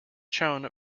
shown